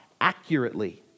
accurately